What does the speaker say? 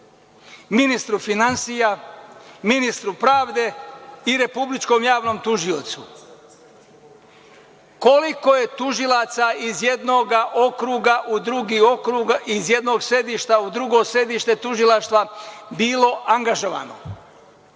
ministru finansija, ministru pravde i Republičkom javnom tužiocu – koliko je tužilaca iz jednoga okruga u drugi okrug, iz jednog sedišta u drugo sedište tužilaštva bilo angažovano?